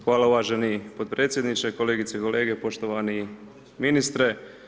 Hvala uvaženi podpredsjedniče, kolegice i kolege, poštovani ministre.